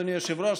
אדוני היושב-ראש,